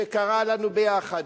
שקרא לנו ביחד,